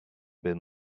been